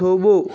થોભો